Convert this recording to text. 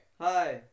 Hi